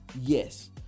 Yes